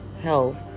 health